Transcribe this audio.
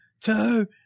two